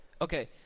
Okay